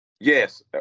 Yes